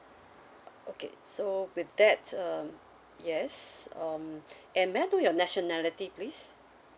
okay so with that um yes um and may I know your nationality please